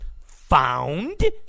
found